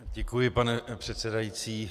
Děkuji, pane předsedající.